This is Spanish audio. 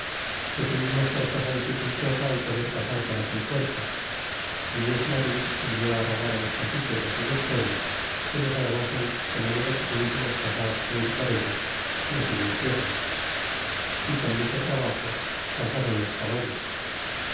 que tuvimos por cosa dificultosa el poder pasar por aquel puerto y luis marin envió rogar los caciques de aquellos pueblos que los adobasen de manera que pudiésemos pasar e ir por ellos é así lo hicieron y con mucho trabajo pasaron los caballos